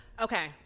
Okay